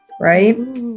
right